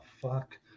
fuck